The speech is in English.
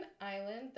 island